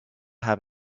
have